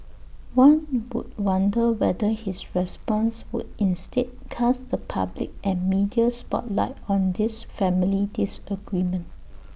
one would wonder whether his response would instead cast the public and media spotlight on this family disagreement